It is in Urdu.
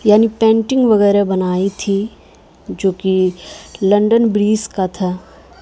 یعنی پینٹنگ وغیرہ بنائی تھی جو کہ لنڈن برج کا تھا